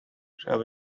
shall